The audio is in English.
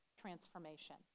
transformation